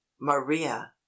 maria